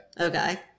Okay